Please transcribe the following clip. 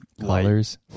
colors